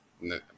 No